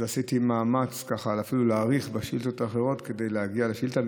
אז עשיתי מאמץ אפילו להאריך בשאילתות האחרות ולהגיע לשאילתה,